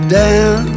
down